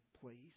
please